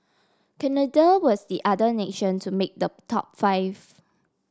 Canada was the other nation to make the top five